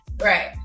right